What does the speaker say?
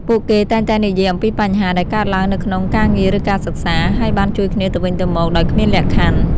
ពួកគេតែងតែនិយាយអំពីបញ្ហាដែលកើតឡើងនៅក្នុងការងារឬការសិក្សា ហើយបានជួយគ្នាទៅវិញទៅមកដោយគ្មានលក្ខខណ្ឌ។